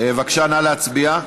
בבקשה להצביע.